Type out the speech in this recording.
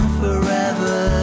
forever